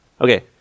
Okay